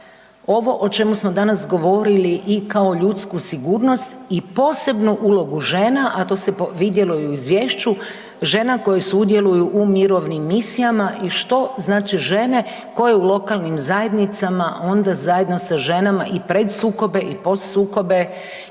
ovo o čemu smo danas govorili i kao ljudsku sigurnost i posebnu ulogu žena, a to se vidjelo i u izvješću, žena koje sudjeluju u mirovnim misijama i što znači žene koje u lokalnim zajednicama onda zajedno sa ženama i predsukobe i podsukobe